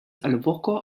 alvoko